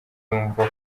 yumva